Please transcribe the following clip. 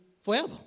forever